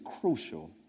crucial